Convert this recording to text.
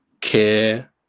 care